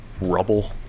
rubble